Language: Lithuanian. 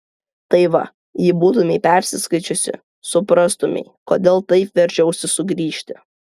tai va jei būtumei perskaičiusi suprastumei kodėl taip veržiausi sugrįžti